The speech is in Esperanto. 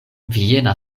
viena